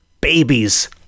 babies